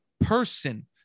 person